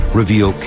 reveal